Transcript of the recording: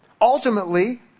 Ultimately